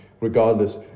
regardless